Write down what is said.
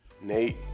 Nate